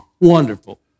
wonderful